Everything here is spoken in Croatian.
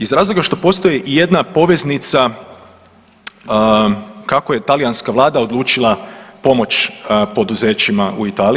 Iz razloga što postoji jedna poveznica kako je talijanska vlada odlučila pomoć poduzećima u Italiji.